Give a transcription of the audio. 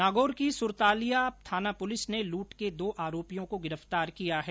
नागौर की सुरतालिया थाना पुलिस ने लूट के दो आरोपियों को गिरफ्तार किया है